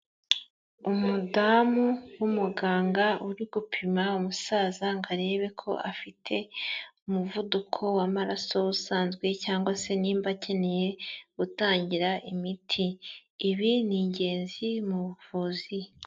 Umudamu w'umuganga uri gupima umusaza ngo arebe ko afite umuvuduko w'amaraso, usanzwe cyangwa se niba akeneye gutangira imiti ibi ni ingenzi mu buvuzi.